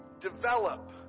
develop